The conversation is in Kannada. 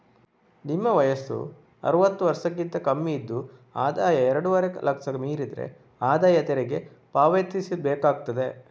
ನಿಮ್ಮ ವಯಸ್ಸು ಅರುವತ್ತು ವರ್ಷಕ್ಕಿಂತ ಕಮ್ಮಿ ಇದ್ದು ಆದಾಯ ಎರಡೂವರೆ ಲಕ್ಷ ಮೀರಿದ್ರೆ ಆದಾಯ ತೆರಿಗೆ ಪಾವತಿಸ್ಬೇಕಾಗ್ತದೆ